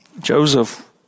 Joseph